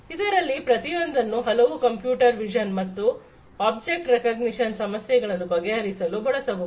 ಇದರಲ್ಲಿ ಪ್ರತಿಯೊಂದನ್ನು ಹಲವು ಕಂಪ್ಯೂಟರ್ ವಿಷನ್ ಮತ್ತು ಆಬ್ಜೆಕ್ಟ್ ರೆಕಾಗ್ನಿಶನ್ ಸಮಸ್ಯೆಗಳನ್ನು ಬಗೆಹರಿಸಲು ಬಳಸಬಹುದು